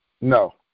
No